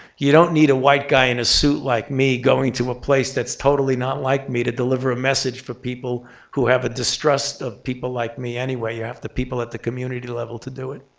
you don't need a white guy in a suit like me going to a place that's totally not like me to deliver a message for people who have a distrust of people like me anyway half the people at the community level to do it.